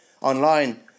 online